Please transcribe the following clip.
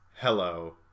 hello